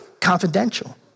confidential